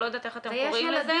או אני לא יודעת איך אתם קוראים לזה,